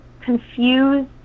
confused